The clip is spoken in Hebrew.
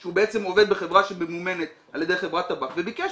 שהוא בעצם עובד בחברה שממומנת על ידי חברת טבק וביקש